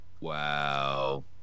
Wow